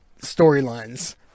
storylines